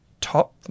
top